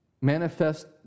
manifest